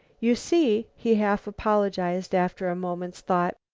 you see, he half-apologized, after a moment's thought,